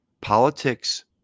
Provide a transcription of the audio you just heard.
politics